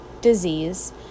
disease